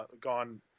gone